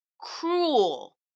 Cruel